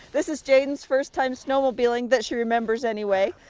this is jaden's first time snowmobiling, that she remembers anyway,